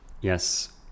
Yes